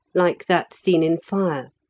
like that seen in fire.